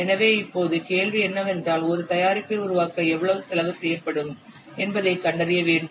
எனவே இப்போது கேள்வி என்னவென்றால் ஒரு தயாரிப்பை உருவாக்க எவ்வளவு செலவு செய்யப்படும் என்பதை கண்டறிய வேண்டும்